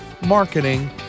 marketing